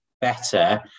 better